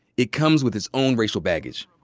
it comes with its own racial baggage.